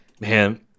Man